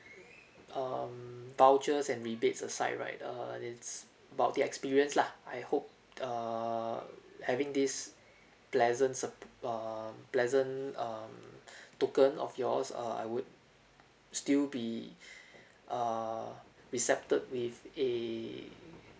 um vouchers and rebates aside right uh it's about the experience lah I hope err having this pleasant sup err pleasant um token of yours uh I would still be err received with a